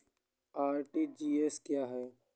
RTGS क्या है?